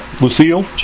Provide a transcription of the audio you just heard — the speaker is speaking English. Lucille